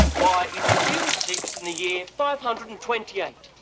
why, it's june sixth in the year five hundred and twenty eight.